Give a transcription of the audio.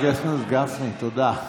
חבר הכנסת גפני, תודה.